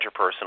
interpersonal